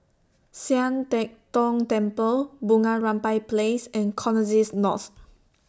Sian Teck Tng Temple Bunga Rampai Place and Connexis North